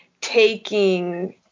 taking